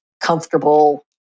comfortable